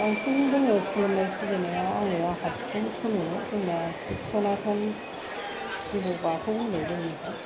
बांसिन जोङो खुलुमनाय सिबिनाया आङो आफा शिबखौनो खुलुमो जोंना शिब सनातन शिब' बाथौ होनो जोंनिखौ